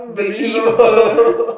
believable